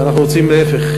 ואנחנו רוצים להפך,